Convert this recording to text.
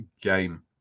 game